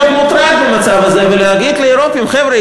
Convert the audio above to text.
מוטרד מהמצב הזה ולהגיד לאירופים: חבר'ה,